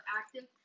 active